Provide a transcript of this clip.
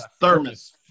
thermos